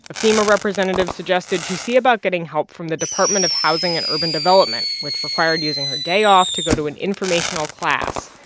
a fema representative suggested she see about getting help from the department of housing and urban development, which required using her day off to go to an informational class.